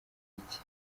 iki